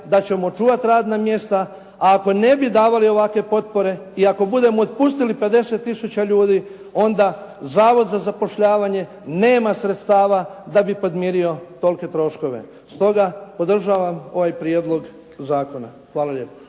da ćemo čuvati radna mjesta. A ako ne bi davali ovakve potpore i ako budemo otpustili 50 tisuća ljudi, onda Zavod za zapošljavanje nema sredstava da bi podmirio tolike troškove. Stoga podržavam ovaj prijedlog zakona. Hvala lijepo.